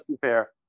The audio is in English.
fair